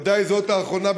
ודאי זאת האחרונה,